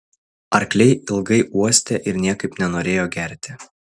arkliai ilgai uostė ir niekaip nenorėjo gerti